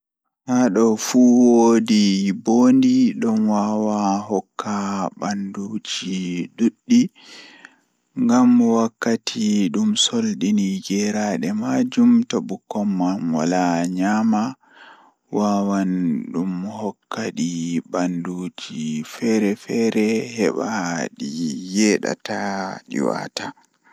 Ɗokam ɗum Wala nafu ɓikkon tokka jangugo haa makaranta poemin waɗtude heɓugol ko moƴƴi e jango e keewɗi ngam inndiyanke. Ɓe waɗtude poemin heɓugol goɗɗum e neɗɗo ngam fotta koɓe ngalle e sabu ngaawde waɗtude ko moƴƴi e leƴƴi. Poemin suudu ɗum fof woni o wawɗi ɗum fowru ngal, kadi ɓe heɓugol tawtude ngam tawtugol neɗɗo, njilli laawol e safara.